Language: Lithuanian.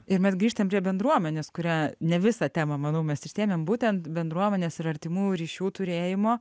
ir mes grįžtam prie bendruomenės kurią ne visą temą manau mes išsiėmėm būtent bendruomenės ir artimų ryšių turėjimo